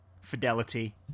fidelity